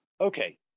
Okay